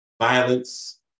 Violence